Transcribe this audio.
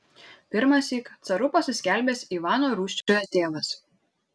pirmąsyk caru pasiskelbęs ivano rūsčiojo tėvas